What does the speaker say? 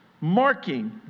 marking